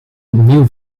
opnieuw